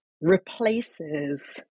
replaces